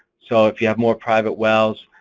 so if you have more private wells,